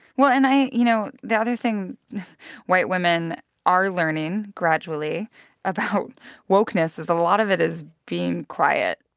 well, and i you know, the other thing white women are learning gradually about wokeness is a lot of it is being quiet